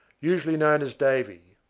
usually known as davy.